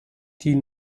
die